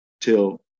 till